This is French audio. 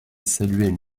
saluaient